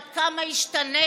עד כמה השתנית,